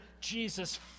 Jesus